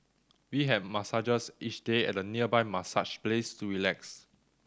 we have massages each day at a nearby massage place to relax